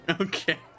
okay